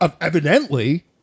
evidently